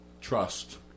trust